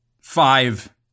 five